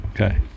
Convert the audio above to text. Okay